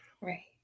Right